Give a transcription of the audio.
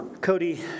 Cody